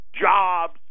jobs